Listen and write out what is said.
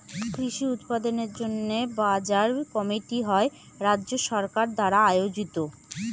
কৃষি উৎপাদনের জন্য বাজার কমিটি হয় রাজ্য সরকার দ্বারা আয়োজিত